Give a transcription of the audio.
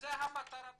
זו מטרת הדיון.